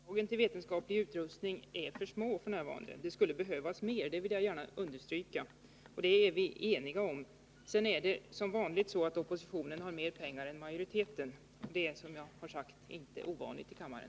Herr talman! Anslagen till vetenskaplig utrustning är för små f. n. Det skulle behövas mer — det vill jag gärna understryka. Det är vi eniga om. Sedan är det som vanligt så att oppositionen har mer pengar än majoriteten. Det är, som jag tidigare sagt, inte ovanligt här i kammaren.